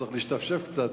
והוא צריך להשתפשף קצת.